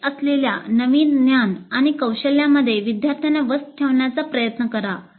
अपेक्षित असलेल्या नवीन ज्ञान आणि कौशल्यांमध्ये विद्यार्थ्यांना व्यस्त ठेवण्याचा प्रयत्न करा